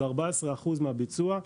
זה 14% מהביצוע.